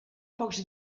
pocs